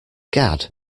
gad